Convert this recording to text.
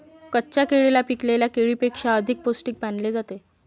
कच्च्या केळीला पिकलेल्या केळीपेक्षा अधिक पोस्टिक मानले जाते